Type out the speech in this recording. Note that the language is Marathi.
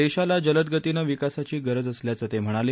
देशाला जलदगतीनं विकासाची गरज असल्याचं ते म्हणाले